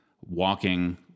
walking